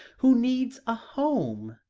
who needs a home.